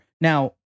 Now